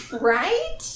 right